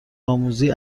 آموزی